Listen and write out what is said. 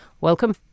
welcome